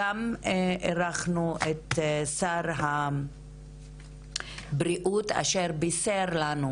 אירחנו גם את שר הבריאות אשר בישר לנו,